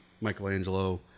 Michelangelo